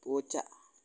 പൂച്ച